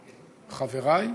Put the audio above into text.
חברי?